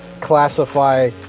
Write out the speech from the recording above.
classify